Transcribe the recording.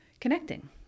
connecting